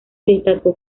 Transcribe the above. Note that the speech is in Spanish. destacó